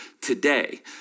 today